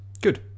good